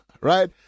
Right